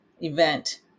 event